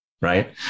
right